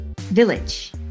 Village